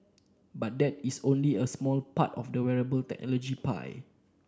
but that is only a smart part of the wearable technology pie